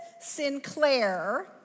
Sinclair